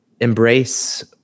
embrace